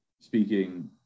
speaking